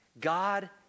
God